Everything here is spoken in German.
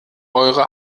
eure